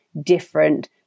different